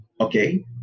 okay